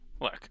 look